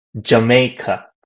jamaica